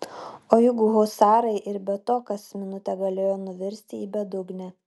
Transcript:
o juk husarai ir be to kas minutė galėjo nuvirsti į bedugnę